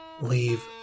Leave